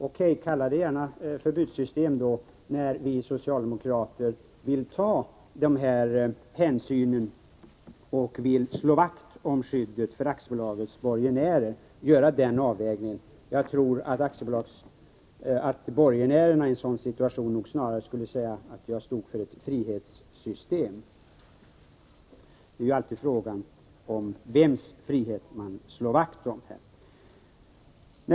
O.K., kalla det gärna förbudssystem när vi socialdemokrater vill ta dessa hänsyn och slå vakt om skyddet för aktiebolagens borgenärer. Jag tror att borgenärerna i en sådan situation snarare skulle säga att jag står för ett frihetssystem. Det är alltid fråga om vems frihet som man vill slå vakt om.